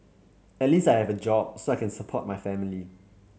at least I have a job so I can support my family